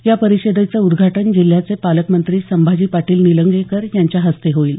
या परिषदेच उद्घाटन जिल्ह्याचे पालकमंत्री संभाजी पाटील निलंगेकर यांच्या हस्ते होईल